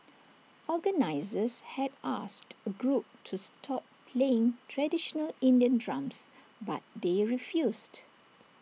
organisers had asked A group to stop playing traditional Indian drums but they refused